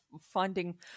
finding